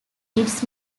its